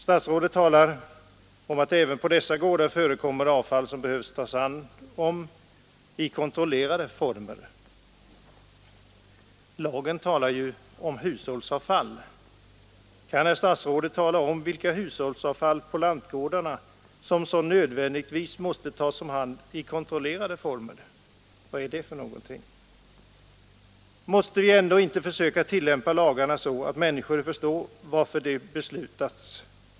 Statsrådet framhåller att även på dessa gårdar förekommer ”avfall som behöver tas om hand i kontrollerade former”. Lagen talar ju om hushållsavfall. Kan herr statsrådet förklara vilket hushållsavfall på lantgårdarna som så nödvändigtvis måste tas om hand i kontrollerade former? Vad är det för någonting? Måste vi ändå inte försöka tillämpa lagarna så, att människor förstår varför de beslutats?